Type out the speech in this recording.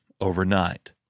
overnight